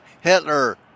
Hitler